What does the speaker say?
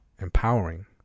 empowering